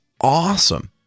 awesome